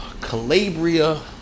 Calabria